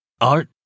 Art